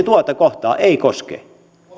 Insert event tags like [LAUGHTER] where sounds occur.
[UNINTELLIGIBLE] tuota kohtaa ei koske